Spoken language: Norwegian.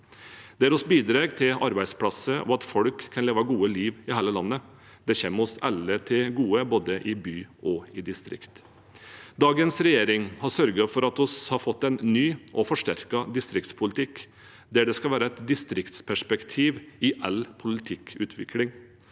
der vi bidrar til arbeidsplasser og at folk kan leve et godt liv i hele landet. Det kommer oss alle til gode, både i by og i distrikt. Dagens regjering har sørget for at vi har fått en ny og forsterket distriktspolitikk der det skal være et distriktsperspektiv i all politikkutvikling.